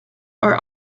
are